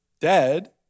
dead